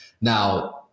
now